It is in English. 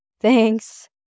Thanks